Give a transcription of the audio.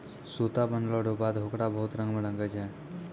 सूता बनलो रो बाद होकरा बहुत रंग मे रंगै छै